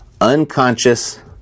unconscious